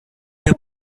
the